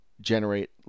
generate